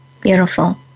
Beautiful